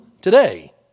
today